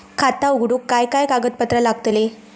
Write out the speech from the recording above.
खाता उघडूक काय काय कागदपत्रा लागतली?